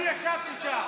אני ישבתי שם.